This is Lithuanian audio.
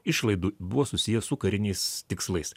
išlaidų buvo susiję su kariniais tikslais